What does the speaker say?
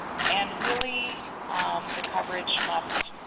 and really the coverage must